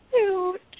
Cute